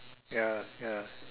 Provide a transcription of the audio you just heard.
ya ya